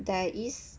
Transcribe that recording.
there is